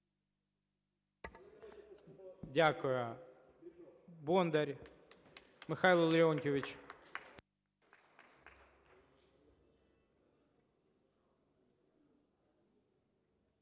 Дякую. Бондар Михайло Леонтійович.